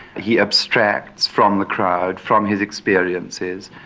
he abstracts from the crowd, from his experiences,